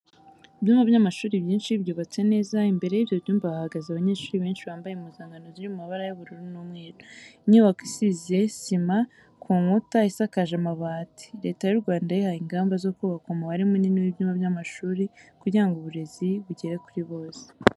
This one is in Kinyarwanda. Ibyumba by'amashuri byinshi byubatse neza, imbere y'ibyo byumba hahagaze abanyeshuri benshi bambaye impuzankano ziri mu mabara y'ubururu n'umweru. Inyubako isize isima ku nkuta, isakaje amabati. Leta y'u Rwanda yihaye ingamba zo kubaka umubare munini w'ibyumba by'amashuri kugira ngo uburezi bugere kuri bose.